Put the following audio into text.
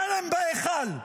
צלם בהיכל.